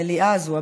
המליאה הזאת,